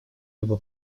либо